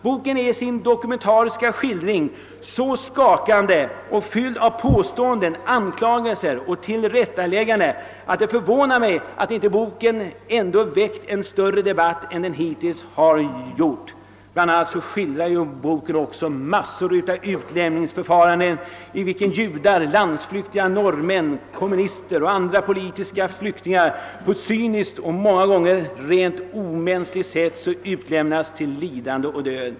Boken är i sin dokumenta riska skildring så skakande och fylld av påståenden, anklagelser och tillrättalägganden att det förvånar mig att den inte väckt större debatt än den hittills gjort. Bland annat skildras mängder av utlämningsförfaranden — det beskrivs hur judar, landsflyktiga norrmän, kommunister och andra politiska flyktingar på ett cyniskt och många gånger rent omänskligt sätt utlämnades till lidande och död.